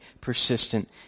persistent